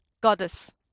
goddess